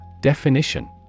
Definition